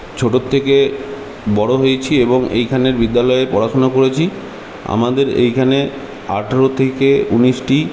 ছোট থেকে বড় হয়েছি এবং এইখানের বিদ্যালয়ে পড়াশোনা করেছি আমাদের এইখানে আঠেরো থেকে উনিশটি